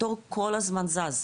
התור כל הזמן זז.